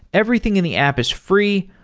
everything in the app is free.